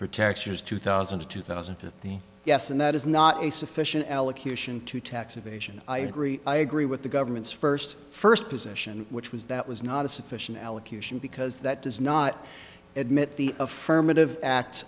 for textures two thousand to two thousand and three yes and that is not a sufficient elocution to tax evasion i agree i agree with the government's first first position which was that was not a sufficient allocution because that does not admit the affirmative act